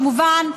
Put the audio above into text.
כמובן,